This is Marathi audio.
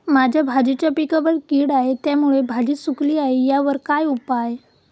माझ्या भाजीच्या पिकावर कीड आहे त्यामुळे भाजी सुकली आहे यावर काय उपाय?